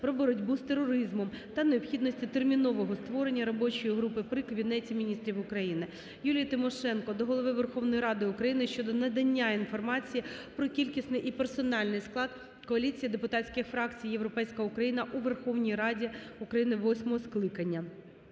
"Про боротьбу з тероризмом" та необхідності термінового створення робочої групи при Кабінеті Міністрів України. Юлії Тимошенко до Голови Верховної Ради України щодо надання інформації про кількісний і персональний склад коаліції депутатських фракцій "Європейська Україна" у Верховній Раді України восьмого скликання.